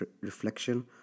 reflection